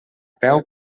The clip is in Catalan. peu